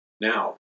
Now